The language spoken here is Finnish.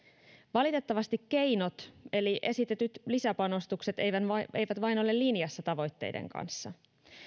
valitettavasti keinot eli esitetyt lisäpanostukset eivät eivät vain ole linjassa tavoitteiden kanssa